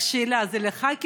תודה רבה, אדוני היושב-ראש.